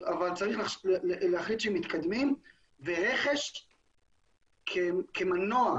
אבל צריך להחליט שמתקדמים ורכש כמנוע,